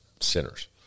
sinners